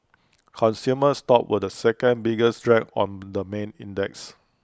consumer stocks were the second biggest drag on the main index